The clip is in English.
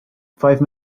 five